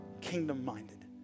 Kingdom-minded